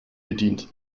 bedient